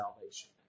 salvation